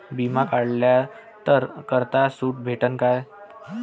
बिमा काढला तर करात सूट भेटन काय?